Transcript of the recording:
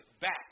back